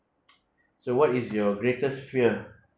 so what is your greatest fear